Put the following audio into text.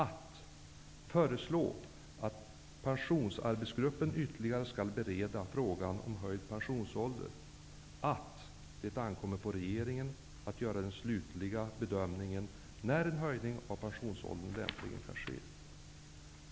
Pensionsarbetsgruppen föreslås bereda frågan om höjd pensionsålder ytterligare. -- Det ankommer på regeringen att göra den slutliga bedömningen av när en höjning av pensionsåldern lämpligen kan ske.